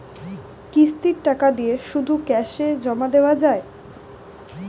কিস্তির টাকা দিয়ে শুধু ক্যাসে জমা দেওয়া যায়?